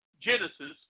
Genesis